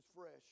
fresh